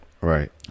right